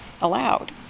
allowed